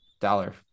Dollar